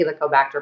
Helicobacter